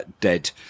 dead